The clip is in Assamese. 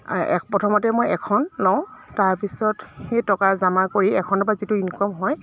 প্ৰথমতে মই এখন লওঁ তাৰপিছত সেই টকা জমা কৰি এখনৰ পৰা যিটো ইনকম হয়